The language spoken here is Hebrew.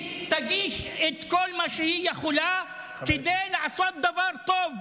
שתגיש את כל מה שהיא יכולה כדי לעשות דבר טוב,